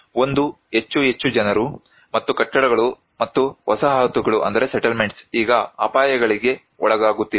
ಒಂದು ಹೆಚ್ಚು ಹೆಚ್ಚು ಜನರು ಮತ್ತು ಕಟ್ಟಡಗಳು ಮತ್ತು ವಸಾಹತುಗಳು ಈಗ ಅಪಾಯಗಳಿಗೆ ಒಳಗಾಗುತ್ತಿವೆ